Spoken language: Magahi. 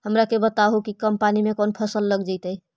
हमरा के बताहु कि कम पानी में कौन फसल लग जैतइ?